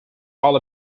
all